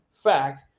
fact